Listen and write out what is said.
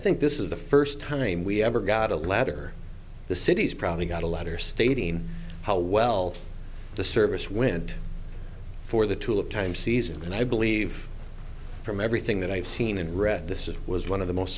think this is the first time we ever got a letter the city's probably got a letter stating how well the service went for the tulip time season and i believe from everything that i've seen and read this is was one of the most